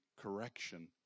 correction